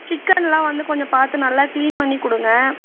சிக்கனெலாம் வந்து கொஞ்சம் பார்த்து நல்லா கிளீன் பண்ணி கொடுங்க